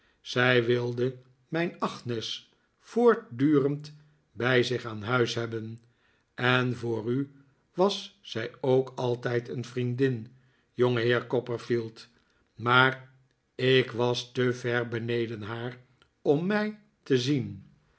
zij wilde mijn agnes voortdurend bij zich aan huis hebben en voor u was zij ook altijd een vriendin jongeheer copperfield maar ik was te ver beneden haar om mij te zien